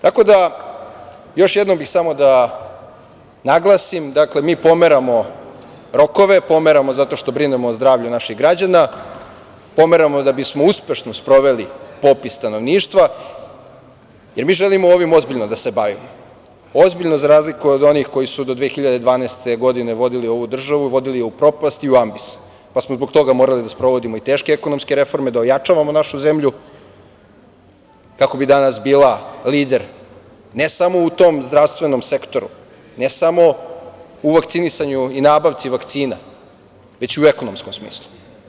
Tako da, još jednom bih samo da naglasim, mi pomeramo rokove, pomeramo zato što brinemo o zdravlju naših građana, pomeramo da bismo uspešno sproveli popis stanovništva, jer mi želimo ovim ozbiljno da se bavimo, ozbiljno za razliku od onih koji su do 2012. godine vodili ovu državu, vodili je u propast i u ambis, pa smo zbog toga morali da sprovodimo i teške ekonomske reforme, da ojačavamo našu zemlju, kako bi danas bila lider ne samo u tom zdravstvenom sektoru, ne samo u vakcinisanju i nabavci vakcina, već i u ekonomskom smislu.